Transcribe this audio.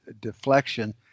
deflection